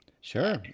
sure